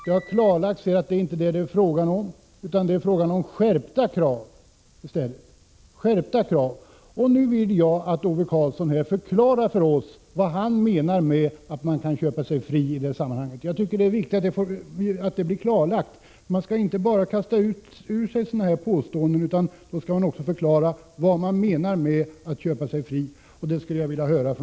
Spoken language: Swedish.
Det har klarlagts att det inte är fråga om detta, utan att det handlar om skärpta krav. Nu vill jag att Ove Karlsson förklarar för oss vad han menar med att man kan köpa sig fri i det här sammanhanget. Det är viktigt att det blir klarlagt. Man skall inte bara kasta ur sig sådana påståenden — man måste kunna förklara vad man menar med att köpa sig fri.